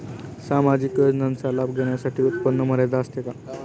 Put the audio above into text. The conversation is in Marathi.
सामाजिक योजनांचा लाभ घेण्यासाठी उत्पन्न मर्यादा असते का?